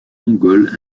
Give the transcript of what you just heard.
mongols